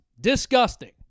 disgusting